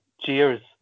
Cheers